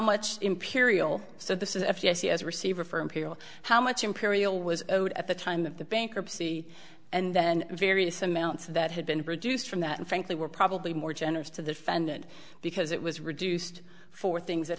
much imperial so this is if you see as a receiver for imperial how much imperial was owed at the time of the bankruptcy and then various amounts that had been produced from that and frankly were probably more generous to defend it because it was reduced for things that